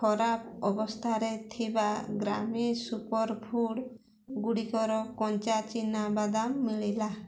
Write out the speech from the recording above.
ଖରାପ ଅବସ୍ଥାରେ ଥିବା ଗ୍ରାମି ସୁପର୍ ଫୁଡ଼୍ଗୁଡ଼ିକର କଞ୍ଚା ଚିନା ବାଦାମ ମିଳିଲା